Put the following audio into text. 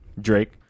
Drake